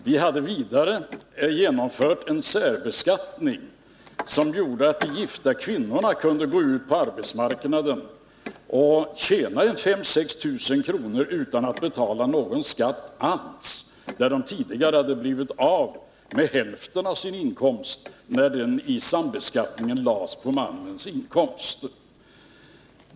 Vi hade vidare genomfört en särbeskattning, som gjorde att de gifta kvinnorna kunde gå ut på arbetsmarknaden och tjäna sådär 5 000-6 000 kr. utan att betala någon skatt alls, där de tidigare blivit av med hälften av sin inkomst, när den i sambeskattningen lades på mannens inkomst.